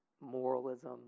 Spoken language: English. moralism